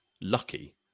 lucky